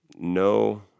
no